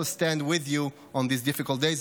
stand with you on these difficult days.